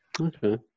Okay